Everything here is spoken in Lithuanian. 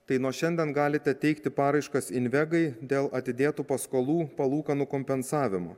tai nuo šiandien galite teikti paraiškas invegai dėl atidėtų paskolų palūkanų kompensavimo